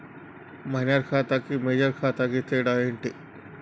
Minor ఖాతా కి major ఖాతా కి తేడా ఏంటి?